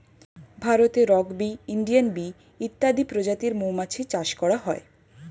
ভারতে rock bee, Indian bee ইত্যাদি প্রজাতির মৌমাছি চাষ করা হয়